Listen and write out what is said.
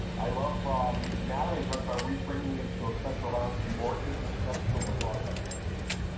i love, um natalie talks about re-framing the issue of sexual violence to be more inter-sectional across identities.